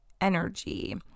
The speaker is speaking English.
energy